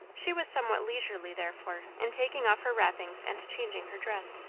she was somewhat leisurely, therefore, in taking off her wrappings and changing her dress.